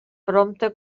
prompte